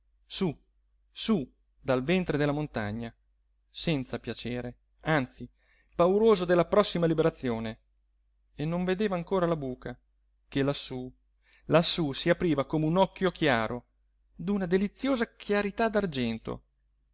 sú sú dal ventre della montagna senza piacere anzi pauroso della prossima liberazione e non vedeva ancora la buca che lassú lassú si apriva come un occhio chiaro d'una deliziosa chiarità